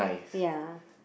ya